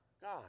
God